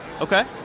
Okay